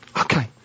Okay